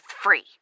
free